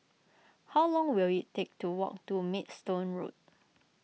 how long will it take to walk to Maidstone Road